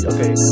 Okay